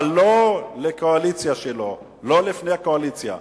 אבל לא לקואליציה שלו, לא לפני הקואליציה,